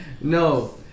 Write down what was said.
no